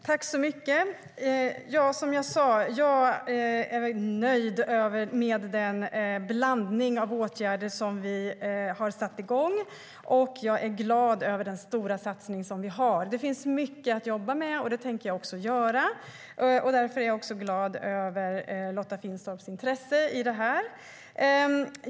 Fru talman! Som jag sa är jag nöjd med den blandning av åtgärder vi har satt igång. Jag är också glad över den stora satsning vi gör. Det finns mycket att jobba med, och det tänker jag göra. Därför är jag glad över Lotta Finstorps intresse för detta.